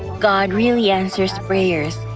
god really answers prayers.